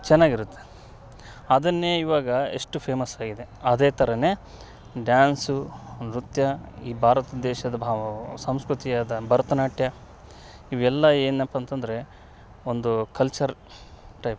ಚೆನ್ನಾಗಿರುತ್ತೆ ಅದನ್ನೇ ಇವಾಗ ಎಷ್ಟು ಫೇಮಸ್ಸಾಗಿದೆ ಅದೇ ಥರ ಡ್ಯಾನ್ಸು ನೃತ್ಯ ಈ ಭಾರತ್ ದೇಶದ ಭಾವ ಸಂಸ್ಕೃತಿಯಾದ ಭರತನಾಟ್ಯ ಇವೆಲ್ಲ ಏನಪ್ಪ ಅಂತಂದರೆ ಒಂದು ಕಲ್ಚರ್ ಟೈಪು